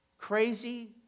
Crazy